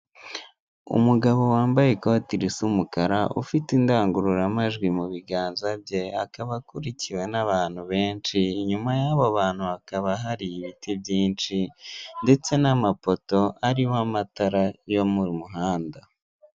Umugabo wambaye ikoti risa umukara ufite indangururamajwi mu biganza bye akaba akurikiwe n'abantu benshi inyuma y'abo bantu hakaba hari ibiti byinshi ndetse n'amapoto ariho amatara yo mu muhanda.